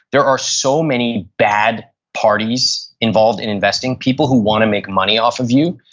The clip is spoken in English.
there are so many bad parties involved in investing. people who want to make money off of you.